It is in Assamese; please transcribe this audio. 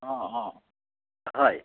অঁ অঁ হয়